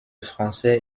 français